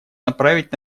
направить